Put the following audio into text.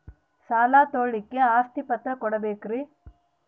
ಸಾಲ ತೋಳಕ್ಕೆ ಆಸ್ತಿ ಪತ್ರ ಕೊಡಬೇಕರಿ?